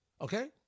Okay